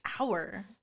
hour